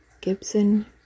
Gibson